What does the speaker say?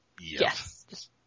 Yes